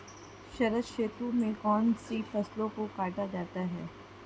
शरद ऋतु में कौन सी फसलों को काटा जाता है?